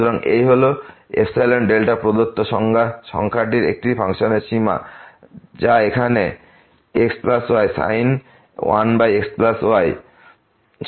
সুতরাং এই হল প্রদত্ত সংখ্যাটি একটি ফাংশনের সীমা যা এখানে xysin 1xy